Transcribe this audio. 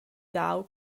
dau